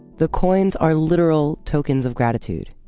the coins are literal tokens of gratitude,